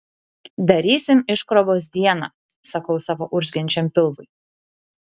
darysim iškrovos dieną sakau savo urzgiančiam pilvui